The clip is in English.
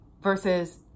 versus